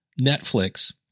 Netflix